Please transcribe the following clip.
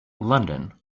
london